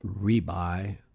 rebuy